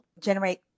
generate